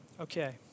Okay